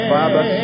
Father